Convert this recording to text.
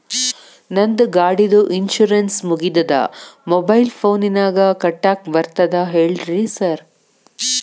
ನಂದ್ ಗಾಡಿದು ಇನ್ಶೂರೆನ್ಸ್ ಮುಗಿದದ ಮೊಬೈಲ್ ಫೋನಿನಾಗ್ ಕಟ್ಟಾಕ್ ಬರ್ತದ ಹೇಳ್ರಿ ಸಾರ್?